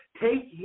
take